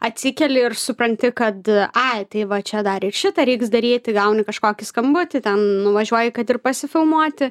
atsikeli ir supranti kad ai tai va čia dar ir šitą reiks daryti gauni kažkokį skambutį ten nuvažiuoji kad ir pasifilmuoti